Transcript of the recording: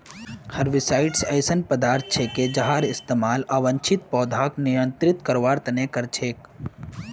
herbicides ऐसा पदार्थ छिके जहार इस्तमाल अवांछित पौधाक नियंत्रित करवार त न कर छेक